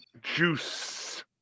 Juice